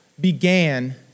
began